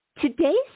Today's